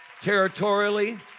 territorially